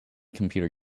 computer